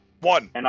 One